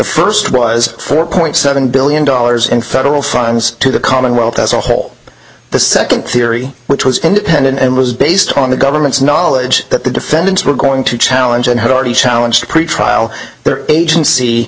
first was four point seven billion dollars in federal funds to the commonwealth as a whole the second theory which was independent and was based on the government's knowledge that the defendants were going to challenge and had already challenge pretrial their agency